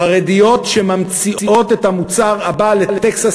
חרדיות שממציאות את המוצר הבא ל"טקסס